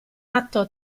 atto